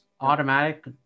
automatic